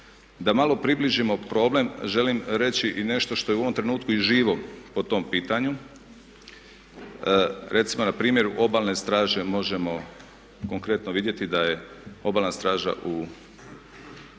Da malo približimo problem, želim reći i nešto što je u ovom trenutku i živo po tom pitanju, recimo na primjeru Obalne straže možemo konkretno vidjeti da je Obalna straža u